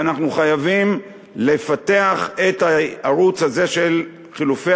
ואנחנו חייבים לפתח את הערוץ הזה של חילופי